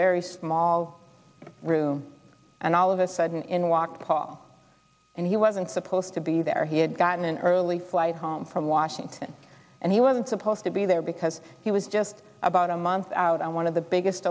very small room and all of a sudden in walked paul and he wasn't supposed to be there he had gotten an early flight home from washington and he wasn't supposed to be there because he was just about a month out on one of the biggest